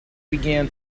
began